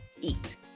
eat